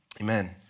amen